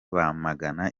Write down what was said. bamagana